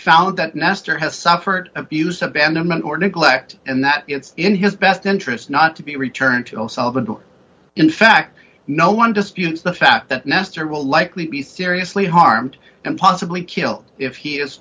found that nestor has suffered abuse abandonment or neglect and that it's in his best interest not to be returned to o'sullivan in fact no one disputes the fact that nestor will likely be seriously harmed and possibly killed if he is